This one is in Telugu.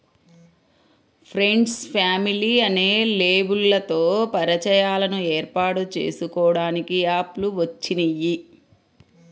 ఫ్రెండ్సు, ఫ్యామిలీ అనే లేబుల్లతో పరిచయాలను ఏర్పాటు చేసుకోడానికి యాప్ లు వచ్చినియ్యి